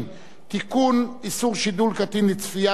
איסור שידול קטין לצפייה בפרסום תועבה).